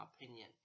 opinion